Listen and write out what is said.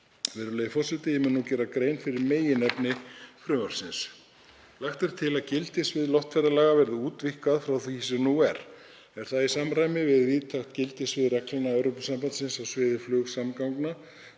Virðulegi forseti. Ég mun nú gera grein fyrir meginefni frumvarpsins. Lagt er til að gildissvið loftferðalaga verði útvíkkað frá því sem nú er. Er það í samræmi við víðtækt gildissvið reglna Evrópusambandsins á sviði flugsamgangna,